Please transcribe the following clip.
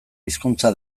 hizkuntza